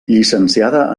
llicenciada